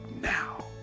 now